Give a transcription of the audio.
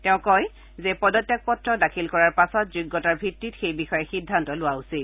তেওঁ কয় যে পদত্যাগ পত্ৰ দাখিল কৰাৰ পাছত যোগ্যতাৰ ভিত্তিত সেই বিষয়ে সিদ্ধান্ত লোৱা উচিত